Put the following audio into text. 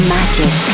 Magic